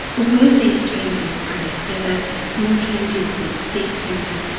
all of these changes added together these small changes, these big changes.